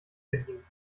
verdienen